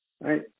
right